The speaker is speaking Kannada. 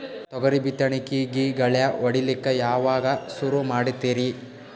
ತೊಗರಿ ಬಿತ್ತಣಿಕಿಗಿ ಗಳ್ಯಾ ಹೋಡಿಲಕ್ಕ ಯಾವಾಗ ಸುರು ಮಾಡತೀರಿ?